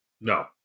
No